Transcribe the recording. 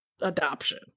adoption